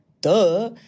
Duh